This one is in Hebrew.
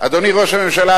אדוני ראש הממשלה,